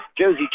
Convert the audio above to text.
Josie